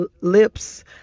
lips